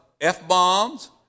F-bombs